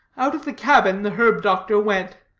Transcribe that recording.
out of the cabin the herb-doctor went.